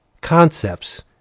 concepts